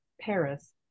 Paris